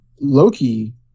Loki